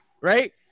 Right